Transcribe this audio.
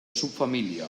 subfamília